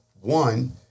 one